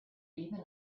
even